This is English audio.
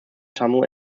tunnel